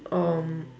um